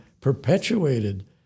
perpetuated